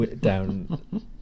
down